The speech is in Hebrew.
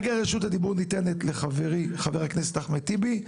הדיבור ניתנת לחברי חבר הכנסת ד"ר אחמד טיבי.